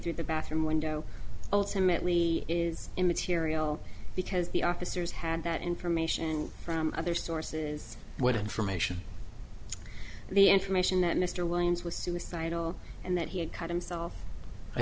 through the bathroom window ultimately is immaterial because the officers had that information from other sources what information the information that mr williams was suicidal and that he had cut himself i